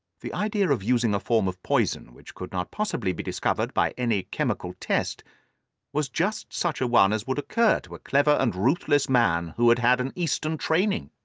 the idea of using a form of poison which could not possibly be discovered by any chemical test was just such a one as would occur to a clever and ruthless man who had had an eastern training.